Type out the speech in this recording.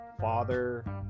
father